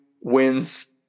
wins